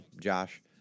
Josh